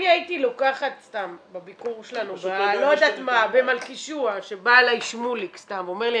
אני הייתי לוקחת בביקור שלנו במלכישוע שבא אליי שמוליק ואומר לי,